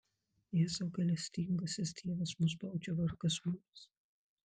jėzau gailestingasis dievas mus baudžia vargas mums